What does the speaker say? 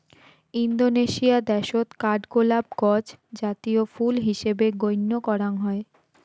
Indonesia দ্যাশত কাঠগোলাপ গছ জাতীয় ফুল হিসাবে গইণ্য করাং হই